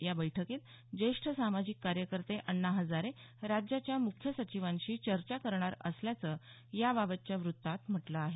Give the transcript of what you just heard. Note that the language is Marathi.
या बैठकीत ज्येष्ठ सामाजिक कार्यकर्ते अण्णा हजारे राज्याच्या मुख्य सचिवांशी चर्चा करणार असल्याचं याबाबतच्या वृत्तात म्हटलं आहे